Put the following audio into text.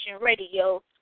Radio